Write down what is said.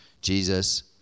Jesus